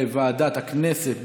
לוועדת הכנסת,